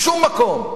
בשום מקום,